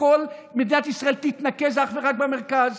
שכל מדינת ישראל תתנקז אך ורק למרכז,